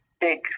big